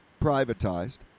privatized